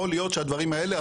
יכול להיות שהדברים האלה,